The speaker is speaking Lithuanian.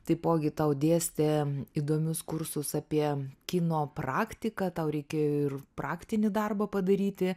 taipogi tau dėstė įdomius kursus apie kino praktiką tau reikėjo ir praktinį darbą padaryti